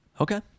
okay